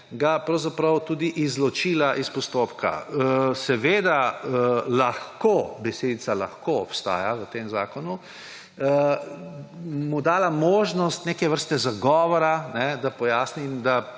ga tudi izločila iz postopka. Seveda »lahko«, besedica lahko obstaja v tem zakonu, mu bo dala možnost neke vrste zagovora, da pojasni in da